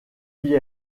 mis